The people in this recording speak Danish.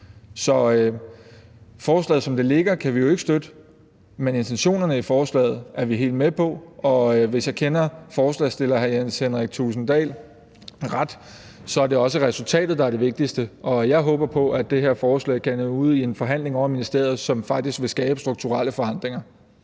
Så forslaget, som det ligger, kan vi jo ikke støtte, men intentionerne i forslaget er vi helt med på, og hvis jeg kender forslagsstiller hr. Jens Henrik Thulesen Dahl ret, er det også resultatet, der er det vigtigste. Jeg håber på, at det her forslag kan ende ud i en forhandling ovre i ministeriet, som faktisk vil skabe strukturelle forandringer.